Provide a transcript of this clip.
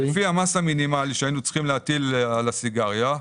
לפי המס המינימלי שהיינו צריכים להטיל על הסיגריה,